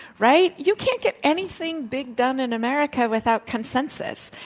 right? you can't get anything big done in america without consensus.